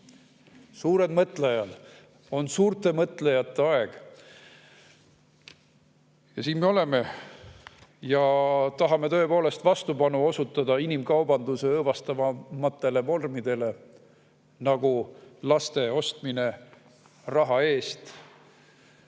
Suured mõtlejad. On suurte mõtlejate aeg. Ja siin me oleme. Tahame tõepoolest osutada vastupanu inimkaubanduse õõvastavamatele vormidele, nagu laste ostmine raha eest,